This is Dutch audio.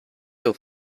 veel